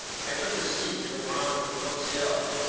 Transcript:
i took a seat in the lounge with conseil.